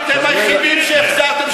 את הדברים שאמרו כאן,